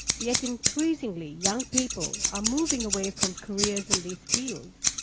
yet increasingly, young people are moving away from careers in these fields,